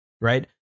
right